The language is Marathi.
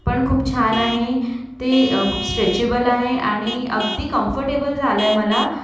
पण छान आहे ते खूप स्ट्रेचेबल आहे आणि अगदी कम्फर्टेबल झालं आहे मला